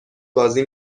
بازی